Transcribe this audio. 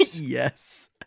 Yes